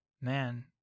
man